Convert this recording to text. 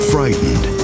Frightened